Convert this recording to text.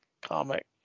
comic